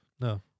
No